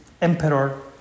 emperor